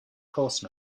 course